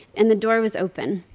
and the door was open.